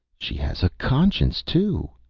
she has a conscience, too,